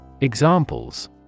Examples